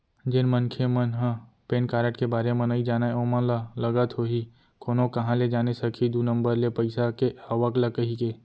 जेन मनखे मन ह पेन कारड के बारे म नइ जानय ओमन ल लगत होही कोनो काँहा ले जाने सकही दू नंबर ले पइसा के आवक ल कहिके